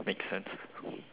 makes sense